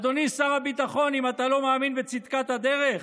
אדוני שר הביטחון, אם אתה לא מאמין בצדקת הדרך,